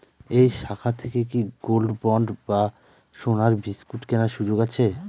এই শাখা থেকে কি গোল্ডবন্ড বা সোনার বিসকুট কেনার সুযোগ আছে?